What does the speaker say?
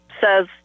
says